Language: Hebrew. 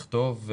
לכתוב,